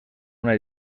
una